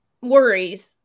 worries